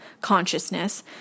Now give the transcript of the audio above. consciousness